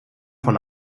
von